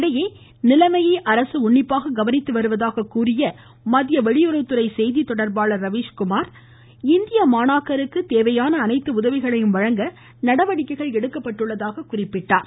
இதனிடையே நிலைமையை அரசு உன்னிப்பாக கவனித்து வருவதாக கூறிய மத்திய வெளியறவுத்துறை செய்தித்தொடர்பாளர் ரவீஸ்குமார் இந்திய மாணவர்களுக்கு தேவையான அனைத்து உதவிகளையும் வழங்க நடவடிக்கை எடுக்கப்பட்டுள்ளதாக கூறினார்